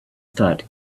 thought